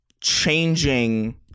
changing